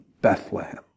Bethlehem